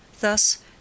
Thus